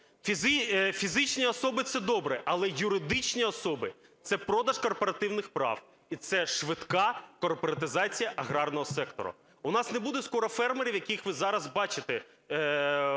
Фізичні особи – це добре. Але юридичні особи – це продаж корпоративних прав і це швидка корпоратизація аграрного сектору. У нас не буде скоро фермерів, яких ви зараз бачите